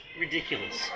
ridiculous